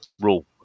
Rule